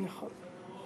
נכון.